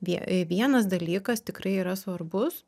vie vienas dalykas tikrai yra svarbus